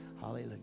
Hallelujah